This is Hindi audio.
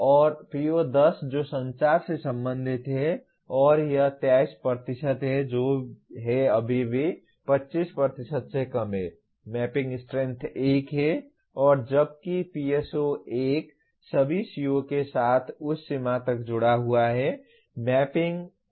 और PO10 जो संचार से संबंधित है और यह 23 है जो है अभी भी 25 से कम है मैपिंग स्ट्रेंथ 1 है और जबकि PSO1 सभी CO के साथ उस सीमा तक जुड़ा हुआ है यह मैपिंग स्ट्रेंथ भी 3 है